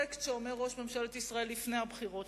טקסט שאומר ראש ממשלת ישראל לפני הבחירות,